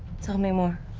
tell me more.